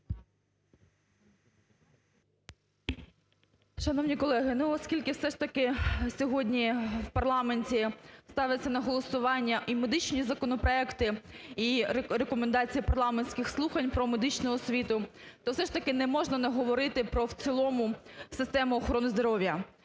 Шановні колеги, оскільки все ж таки сьогодні в парламенті ставляться на голосування і медичні законопроекти, і Рекомендації парламентських слухань про медичну освіту, то все ж таки не можна не говорити про, в цілому, систему охорони здоров'я.